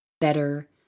better